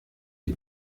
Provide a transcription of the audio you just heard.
die